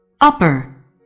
upper